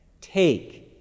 Take